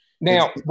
now